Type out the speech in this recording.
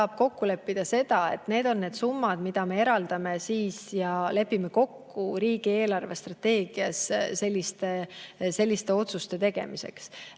saab kokku leppida, et need on summad, mis me eraldame ja lepime kokku riigi eelarvestrateegias selliste otsuste tegemiseks.